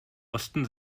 osten